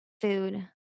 food